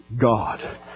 God